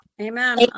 Amen